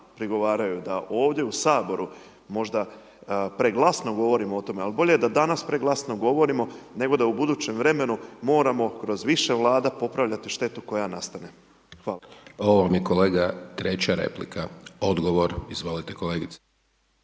prigovaraju da ovdje u Saboru možda preglasno govorimo o tome, al bolje da danas preglasno govorimo nego da u budućem vremenu moramo kroz više Vlada popravljati štetu koja nastane. Hvala. **Hajdaš Dončić, Siniša (SDP)** Hvala vam kolega. Treća replika. Odgovor, izvolite kolegice.